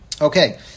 Okay